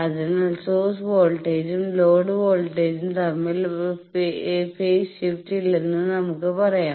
അതിനാൽ സോഴ്സ് വോൾട്ടേജും ലോഡ് വോൾട്ടേജും തമ്മിൽ ഫെയ്സ് ഷിഫ്റ്റ് ഇല്ലെന്ന് നമുക്ക് പറയാം